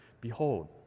behold